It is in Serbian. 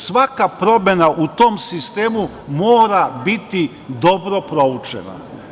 Svaka promena u tom sistemu mora biti dobro proučena.